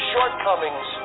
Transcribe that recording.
shortcomings